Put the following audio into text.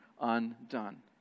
undone